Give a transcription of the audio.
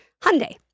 Hyundai